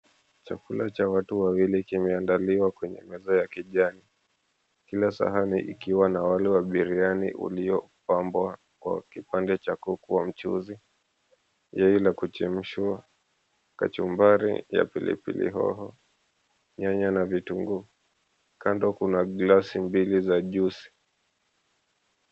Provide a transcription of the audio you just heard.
Chakula cha watu wawili kimeandaliwa kwenye meza ya kijani. Kila sahani ikiwa na wali wa biriani uliopambwa kwa kipande cha kuku wa mchuzi, yai la kuchemshwa, kachumbari ya pilipili hoho, nyanya na vitunguu. Kando kuna glasi mbili za juisi.